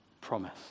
promise